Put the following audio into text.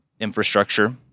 Infrastructure